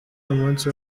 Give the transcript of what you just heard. umunsi